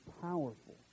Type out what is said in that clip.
powerful